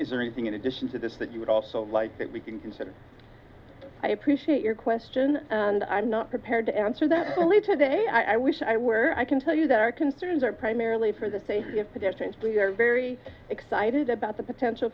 is there anything in addition to this that you would also like that we can consider i appreciate your question and i'm not prepared to answer that for later today i wish i were i can tell you that our concerns are primarily for the safety of pedestrians we are very excited about the potential